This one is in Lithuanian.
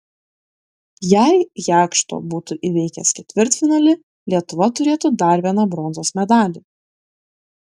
jei jakšto būtų įveikęs ketvirtfinalį lietuva turėtų dar vieną bronzos medalį